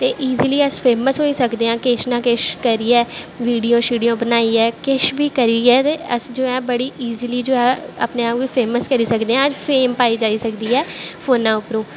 ते ईजली अस फेमस होई सकदे आं किश ना किश करियै वीडियो शीडियो बनाइयै किश बी करियै ते अस जो ऐ बड़ी ईजली जो ऐ अपने आप गी फेमस करी सकदे आं अज्ज फेम पाई जाई सकदी ऐ फोनै उप्परों